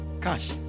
cash